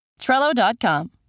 Trello.com